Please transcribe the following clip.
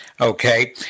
Okay